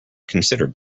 considered